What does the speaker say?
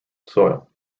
soil